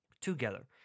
together